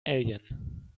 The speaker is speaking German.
alien